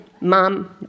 Mom